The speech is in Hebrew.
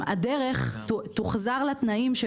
כתוב בו: אישר הגורם המאשר את הבקשה בתנאים,